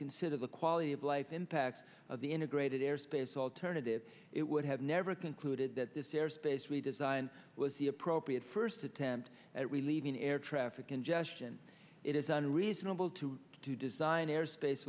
consider the quality of life impact of the integrated airspace alternative it would have never concluded that this airspace redesign was the appropriate first attempt at relieving air traffic congestion it is unreasonable to to design airspace